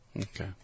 Okay